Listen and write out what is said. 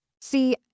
See